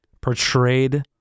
portrayed